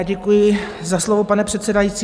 Děkuji za slovo, pane předsedající.